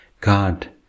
God